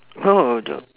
oh the